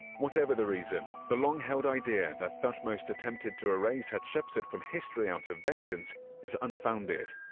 whatever the reason, the long-held idea that thutmose attempted to erase hatshepsut from history out of vengeance is unfounded.